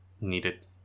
needed